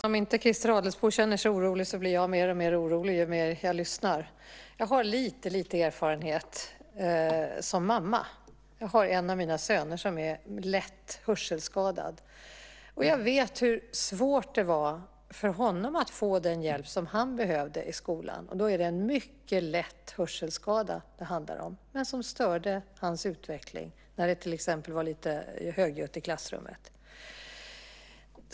Herr talman! Om inte Christer Adelsbo känner sig orolig så blir jag mer och mer orolig ju mer jag lyssnar. Jag har lite erfarenhet - som mamma. En av mina söner är lätt hörselskadad. Jag vet hur svårt det var för honom att få den hjälp som han behövde i skolan. Det handlar då om en mycket lätt hörselskada. Den störde hans utveckling när det till exempel var lite högljutt i klassrummet.